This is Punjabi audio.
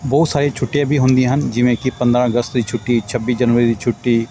ਬਹੁਤ ਸਾਰੀਆਂ ਛੁੱਟੀਆਂ ਵੀ ਹੁੰਦੀਆਂ ਹਨ ਜਿਵੇਂ ਕਿ ਪੰਦਰਾਂ ਅਗਸਤ ਦੀ ਛੁੱਟੀ ਛੱਬੀ ਜਨਵਰੀ ਦੀ ਛੁੱਟੀ